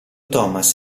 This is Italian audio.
thomas